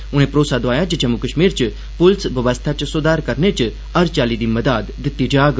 उने भरोसा दोआया जे जम्मू कश्मीर च पुलिस व्यवस्था च सुधार करने च हर चाल्ली दी मदाद दित्ती जाग